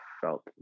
felt